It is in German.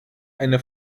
eine